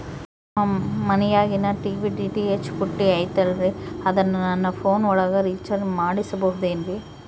ನಮ್ಮ ಮನಿಯಾಗಿನ TV DTH ಪುಟ್ಟಿ ಐತಲ್ರೇ ಅದನ್ನ ನನ್ನ ಪೋನ್ ಒಳಗ ರೇಚಾರ್ಜ ಮಾಡಸಿಬಹುದೇನ್ರಿ?